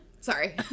Sorry